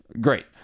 Great